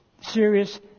serious